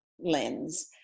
lens